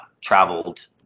traveled